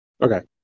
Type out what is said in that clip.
Okay